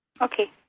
Okay